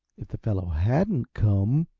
if the fellow hadn't come,